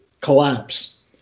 collapse